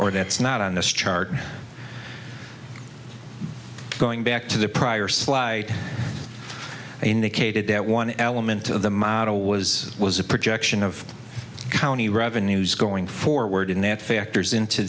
or that's not on this chart going back to the prior slide indicated that one element of the model was was a projection of county revenues going forward in that factors into